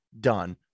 done